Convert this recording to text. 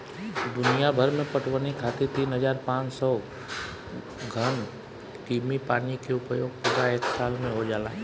दुनियाभर में पटवनी खातिर तीन हज़ार पाँच सौ घन कीमी पानी के उपयोग पूरा एक साल में हो जाला